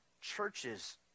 churches